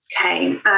Okay